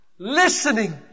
Listening